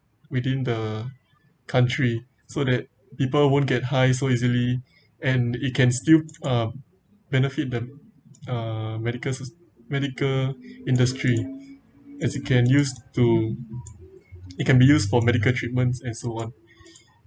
within the country so that people won't get high so easily and it can still uh benefit the uh medical medical industry as you can use to it can be used for medical treatments and so on